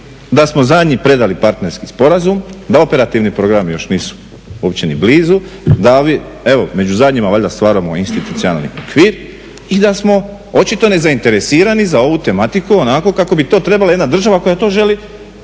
da smo zadnji predali partnerski sporazum, da operativni programi još nisu uopće ni blizu, da mi među zadnjima valjda stvaramo institucionalni okvir i da smo očito nezainteresirani za ovu tematiku onako kako bi to trebala jedna država koja to želi